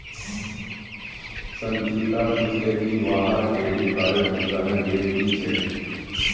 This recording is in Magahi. संचिता पूछले की वहार क्रेडिट कार्डेर भुगतानेर डेट की छेक